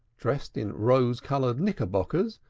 dressed in rose-colored knickerbockers,